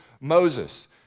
Moses